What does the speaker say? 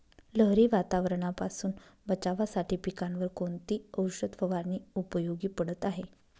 लहरी वातावरणापासून बचावासाठी पिकांवर कोणती औषध फवारणी उपयोगी पडत आहे?